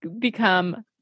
become